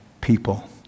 people